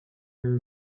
her